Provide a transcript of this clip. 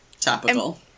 topical